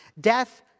death